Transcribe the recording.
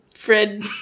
Fred